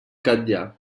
catllar